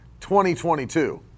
2022